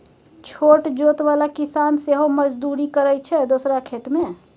छोट जोत बला किसान सेहो मजदुरी करय छै दोसरा खेत मे